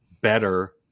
better